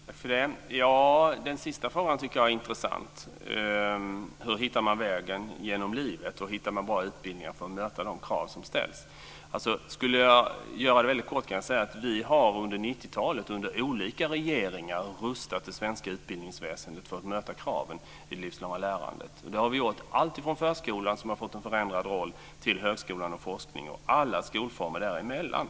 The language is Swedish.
Fru talman! Den sista frågan tycker jag är intressant. Hur hittar man vägen genom livet och bra utbildningar för att möta de krav som ställs? Jag kan mycket kort säga att olika regeringar under 90-talet har rustat det svenska utbildningsväsendet för att möta kraven i det livslånga lärandet. Det har vi gjort alltifrån förskolan, som har fått en förändrad roll, till högskolan och forskningen och alla skolformer däremellan.